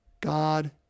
God